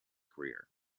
career